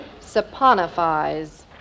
saponifies